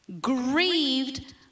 grieved